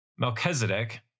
Melchizedek